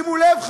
שימו לב,